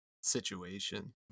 situation